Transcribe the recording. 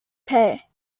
pay